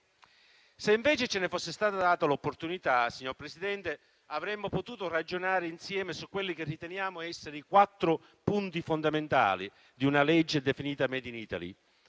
Se invece ce ne fosse stata data l'opportunità, signor Presidente, avremmo potuto ragionare insieme su quelli che riteniamo essere i quattro punti fondamentali di una legge definita *made in Italy*.